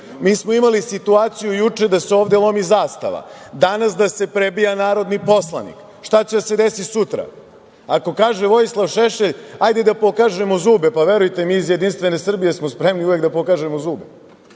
Mi smo imali situaciju juče da se ovde lomi zastava, danas da se prebija narodni poslanik, šta će da se desi sutra? Ako kaže Vojislav Šešelj, ajde da pokažemo zube, pa verujte mi iz JS smo spremni uvek da pokažemo zube,